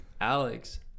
Alex